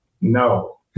No